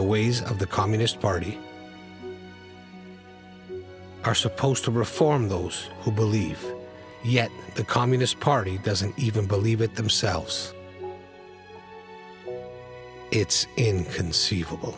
the ways of the communist party are supposed to reform those who believe yet the communist party doesn't even believe it themselves it's inconceivable